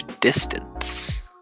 distance